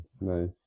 Nice